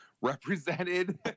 represented